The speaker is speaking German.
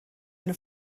eine